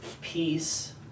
peace